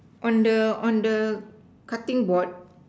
on the on the cutting board